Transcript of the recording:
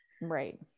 Right